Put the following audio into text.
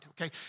okay